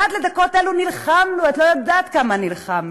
ועד לדקות האלה נלחמנו, את לא יודעת כמה נלחמנו,